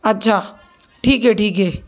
अच्छा ठीक आहे ठीक आहे